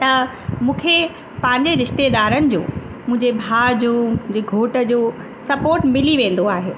त मूंखे पंहिंजे रिश्तेदारनि जो मुंहिंजे भाउ जो मुंहिंजे घोट जो सपोट मिली वेंदो आहे